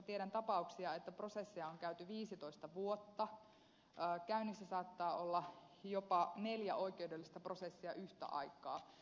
tiedän tapauksia joissa prosessia on käyty viisitoista vuotta käynnissä saattaa olla jopa neljä oikeudellista prosessia yhtä aikaa